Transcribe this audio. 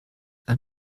ein